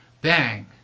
bang